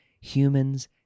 human's